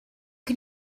can